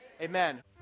Amen